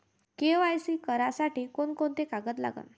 KYC करासाठी कोंते कोंते कागद लागन?